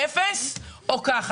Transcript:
אפס או מיץ.